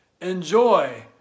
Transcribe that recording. Enjoy